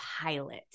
pilot